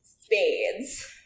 Spades